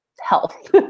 health